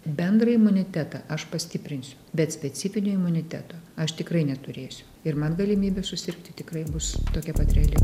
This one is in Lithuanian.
bendrą imunitetą aš pastiprinsiu bet specifinio imuniteto aš tikrai neturėsiu ir man galimybė susirgti tikrai bus tokia pat reali